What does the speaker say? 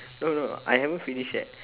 no no I haven't finish yet